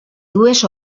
dues